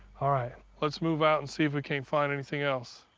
all right. let's move out and see if we can't find anything else.